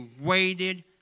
waited